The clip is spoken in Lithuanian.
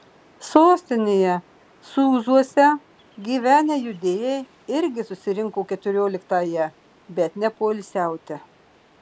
sostinėje sūzuose gyvenę judėjai irgi susirinko keturioliktąją bet ne poilsiauti